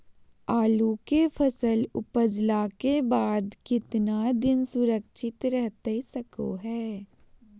आलू के फसल उपजला के बाद कितना दिन सुरक्षित रहतई सको हय?